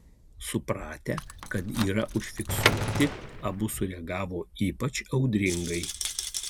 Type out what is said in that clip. supratę kad yra užfiksuoti abu sureagavo ypač audringai